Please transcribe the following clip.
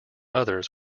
others